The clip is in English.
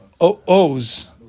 O's